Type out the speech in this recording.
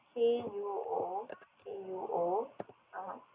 K U O K U O (uh huh)